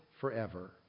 forever